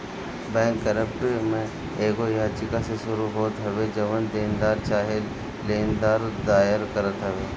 bankrupt में एगो याचिका से शुरू होत हवे जवन देनदार चाहे लेनदार दायर करत हवे